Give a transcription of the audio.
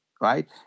Right